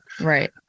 right